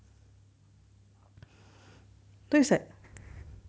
so is like